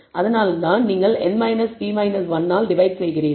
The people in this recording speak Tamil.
அதனால்தான் நீங்கள் n p 1 ஆல் டிவைட் செய்கிறீர்கள்